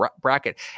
bracket